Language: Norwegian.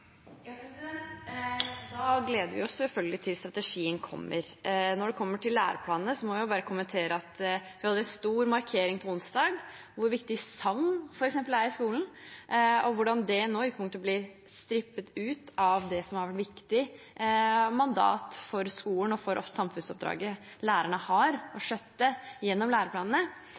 Da gleder vi oss selvfølgelig til strategien kommer. Når det gjelder læreplanene, må jeg bare kommentere at vi hadde en stor markering på onsdag om hvor viktig f.eks. sang er i skolen, og hvordan det nå kommer til å bli strippet ut av det som har vært et viktig mandat for skolen og for samfunnsoppdraget som lærerne har å skjøtte gjennom læreplanene.